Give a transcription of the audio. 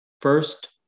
First